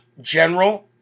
General